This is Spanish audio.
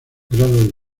grado